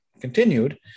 continued